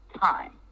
time